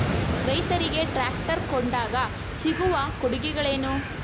ರೈತರಿಗೆ ಟ್ರಾಕ್ಟರ್ ಕೊಂಡಾಗ ಸಿಗುವ ಕೊಡುಗೆಗಳೇನು?